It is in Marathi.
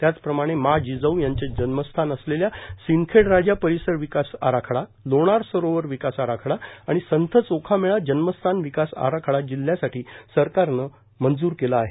त्याचप्रमाणे माँ जिजाऊ यांचे जन्मस्थान असलेल्या सिंदखेड राजा परीसर विकास आराखडाए लोणार सरोवर विकास आराखडा आणि संत चोखामेळा जन्मस्थान विकास आराखडा जिल्ह्यासाठी सरकारनं मंजूर केला आहे